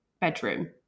bedroom